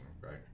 Right